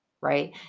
Right